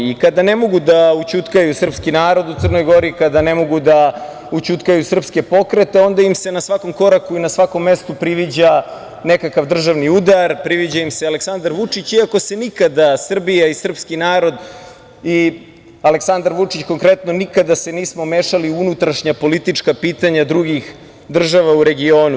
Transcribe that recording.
Kada ne mogu da ućutkaju srpski narod u Crnoj Gori, kada ne mogu da ućutkaju srpske pokrete onda im se na svakom koraku i na svakom mestu priviđa nekakav državni udar, priviđa im se Aleksandar Vučić iako se nikada Srbija i srpski narod i Aleksandar Vučić, konkretno, nikada se nismo mešali u unutrašnja politička pitanja drugih država u regionu.